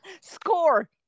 Score